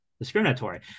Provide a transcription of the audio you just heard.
discriminatory